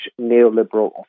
neoliberal